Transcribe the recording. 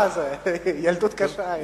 לא יודע, תשמע, ילדות קשה.